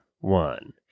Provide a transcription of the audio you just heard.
one